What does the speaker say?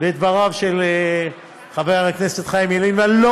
בדבריו של חבר הכנסת חיים ילין ואני לא